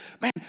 man